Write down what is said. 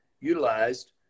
utilized